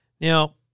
Now